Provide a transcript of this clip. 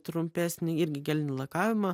trumpesnį irgi gelinį lakavimą